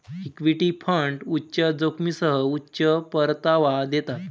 equity fund उच्च जोखमीसह उच्च परतावा देतात